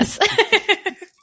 Yes